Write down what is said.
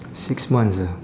six months ah